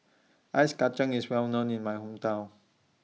Ice Kachang IS Well known in My Hometown